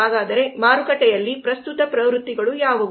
ಹಾಗಾದರೆ ಮಾರುಕಟ್ಟೆಯಲ್ಲಿ ಪ್ರಸ್ತುತ ಪ್ರವೃತ್ತಿಗಳು ಯಾವುವು